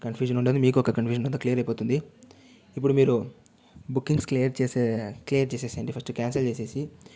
confusion ఉండదు మీకు ఒక కన్ఫ్యూజన్ ఉండదు క్లియర్ అయిపోతుంది ఇప్పుడు మీరు బుకింగ్స్ క్లియర్ చేసే క్లియర్ చేసేయండి ఫస్ట్ క్యాన్సల్ చేసేసి